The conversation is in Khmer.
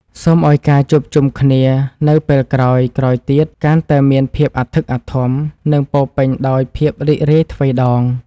សូមឱ្យការជួបជុំគ្នានៅពេលក្រោយៗទៀតកាន់តែមានភាពអធិកអធម និងពោរពេញដោយភាពរីករាយទ្វេដង។